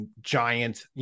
giant